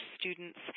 students